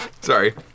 Sorry